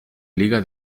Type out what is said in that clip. liga